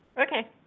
Okay